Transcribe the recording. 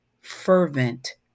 fervent